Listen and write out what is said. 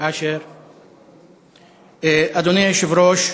אדוני היושב-ראש,